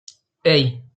hey